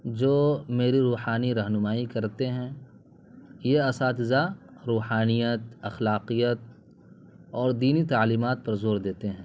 جو میری روحانی رہنمائی کرتے ہیں یہ اساتذہ روحانیت اخلاقیات اور دینی تعلیمات پر زور دیتے ہیں